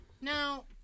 Now